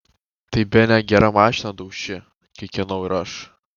tai bene gerą mašiną dauši kikenau ir aš